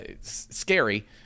scary